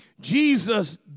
Jesus